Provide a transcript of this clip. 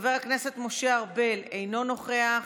חבר הכנסת משה ארבל, אינו נוכח,